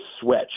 switch